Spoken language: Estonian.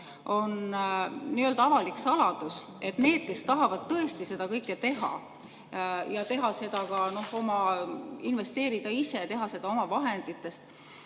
on avalik saladus, et need, kes tahavad tõesti seda kõike teha ja ise investeerida, teha seda oma vahenditest,